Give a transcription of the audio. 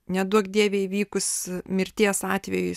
neduok dieve įvykus mirties atveju